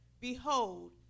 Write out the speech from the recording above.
Behold